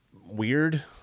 weird